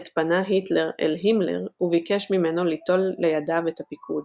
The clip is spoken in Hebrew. עת פנה היטלר אל הימלר וביקש ממנו ליטול לידיו את הפיקוד.